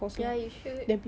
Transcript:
ya you should